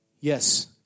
Yes